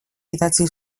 idatzi